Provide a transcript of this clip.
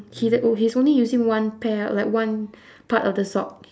he's o~ oh he's only using one pair like one part of the sock